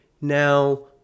Now